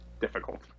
difficult